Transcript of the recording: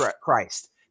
Christ